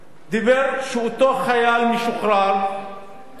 דיבר על כך שאותו חייל משוחרר תהיה לו